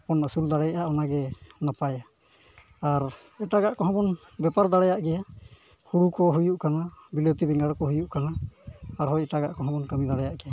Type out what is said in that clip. ᱵᱟᱢ ᱟᱹᱥᱩᱞ ᱫᱟᱲᱮᱭᱟᱜᱼᱟ ᱚᱱᱟᱜᱮ ᱱᱟᱯᱟᱭ ᱟᱨ ᱮᱴᱟᱜᱟᱜ ᱠᱚᱦᱚᱸᱵᱚᱱ ᱵᱮᱯᱟᱨ ᱫᱟᱲᱮᱭᱟᱜ ᱜᱮᱭᱟ ᱦᱩᱲᱩ ᱠᱚ ᱦᱩᱭᱩᱜ ᱠᱟᱱᱟ ᱵᱤᱞᱟᱹᱛᱤ ᱵᱮᱸᱜᱟᱲ ᱠᱚ ᱦᱩᱭᱩᱜ ᱠᱟᱱᱟ ᱟᱨᱦᱚᱸ ᱮᱴᱟᱜᱟᱜ ᱠᱚᱦᱚᱸ ᱵᱚᱱ ᱠᱟᱹᱢᱤ ᱫᱟᱲᱮᱭᱟᱜ ᱜᱮᱭᱟ